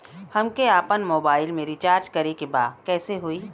हमके आपन मोबाइल मे रिचार्ज करे के बा कैसे होई?